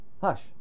Hush